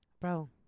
bro